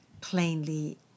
plainly